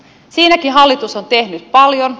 siinäkin hallitus on tehnyt paljon